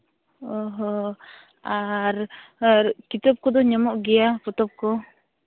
ᱚ ᱦᱚᱸ ᱟᱨ ᱟᱨ ᱠᱤᱛᱟᱹᱵᱽ ᱠᱚᱫᱚ ᱧᱟᱢᱚᱜ ᱜᱮᱭᱟ ᱯᱚᱛᱚᱵ ᱠᱚ